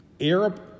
Arab